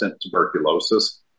tuberculosis